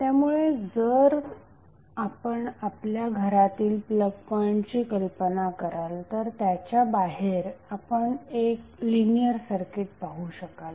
त्यामुळे जर आपण आपल्या घरातील प्लगपॉइंट ची कल्पना कराल तर त्याच्या बाहेर आपण लिनियर सर्किट पाहू शकाल